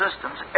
systems